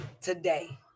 today